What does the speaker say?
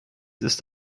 ist